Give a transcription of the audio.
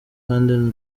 kandi